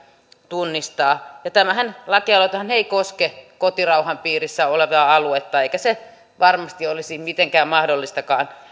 tunnistaa tämä lakialoitehan ei koske kotirauhan piirissä olevaa aluetta eikä se varmasti olisi mitenkään mahdollistakaan